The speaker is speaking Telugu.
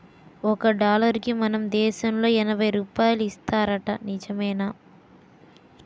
ఒక డాలరుకి మన దేశంలో ఎనబై రూపాయలు ఇస్తారట నిజమేనా